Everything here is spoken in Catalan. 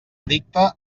addicte